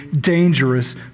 dangerous